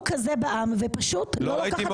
כזה בעם ופשוט לא לוקחת אחריות על זה.